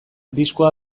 diskoa